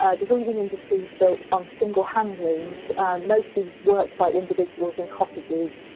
ah the weaving industry was built on single hand looms mostly worked by individuals in cottages,